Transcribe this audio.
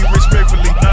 respectfully